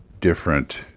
different